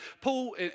Paul